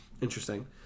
interesting